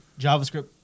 JavaScript